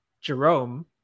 Jerome